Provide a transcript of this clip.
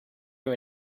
you